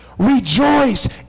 rejoice